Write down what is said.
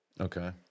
Okay